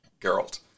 Geralt